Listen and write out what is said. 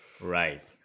Right